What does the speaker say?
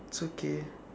it's okay